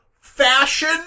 fashion